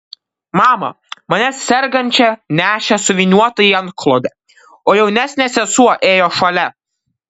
mama mane sergančią nešė suvyniotą į antklodę o jaunesnė sesuo ėjo šalia